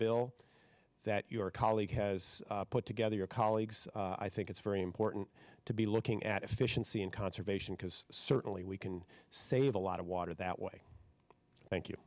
bill that your colleague has put together your colleagues i think it's very important to be looking at efficiency and conservation because certainly we can save a lot of water that way thank you